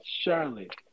Charlotte